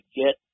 get